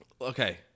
okay